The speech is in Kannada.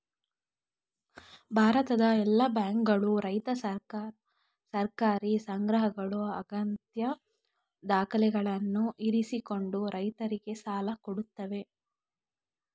ಭಾರತದ ಎಲ್ಲಾ ಬ್ಯಾಂಕುಗಳು, ರೈತ ಸಹಕಾರಿ ಸಂಘಗಳು ಅಗತ್ಯ ದಾಖಲೆಗಳನ್ನು ಇರಿಸಿಕೊಂಡು ರೈತರಿಗೆ ಸಾಲ ಕೊಡತ್ತವೆ